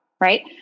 right